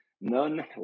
None